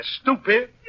stupid